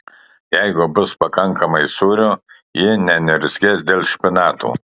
jeigu bus pakankamai sūrio ji neniurzgės dėl špinatų